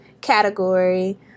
category